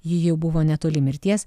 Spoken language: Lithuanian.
ji jau buvo netoli mirties